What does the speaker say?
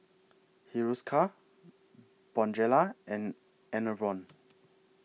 Hiruscar Bonjela and Enervon